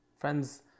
Friends